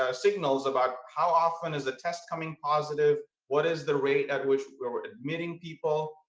ah signals about how often is the test coming positive, what is the rate at which we're admitting people?